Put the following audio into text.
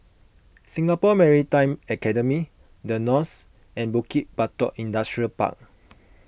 Singapore Maritime Academy the Knolls and Bukit Batok Industrial Park